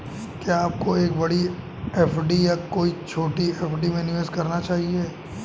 क्या आपको एक बड़ी एफ.डी या कई छोटी एफ.डी में निवेश करना चाहिए?